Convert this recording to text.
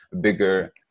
bigger